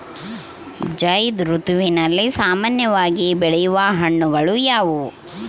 ಝೈಧ್ ಋತುವಿನಲ್ಲಿ ಸಾಮಾನ್ಯವಾಗಿ ಬೆಳೆಯುವ ಹಣ್ಣುಗಳು ಯಾವುವು?